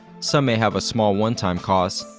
some may have a small one-time cost,